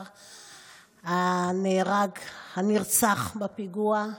בצער הנרצח בפיגוע.